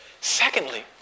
Secondly